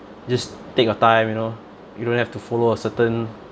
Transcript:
just take your time you know you don't have to follow a certain